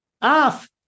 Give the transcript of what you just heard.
af